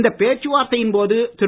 இந்த பேச்சுவார்த்தையின் போது திரு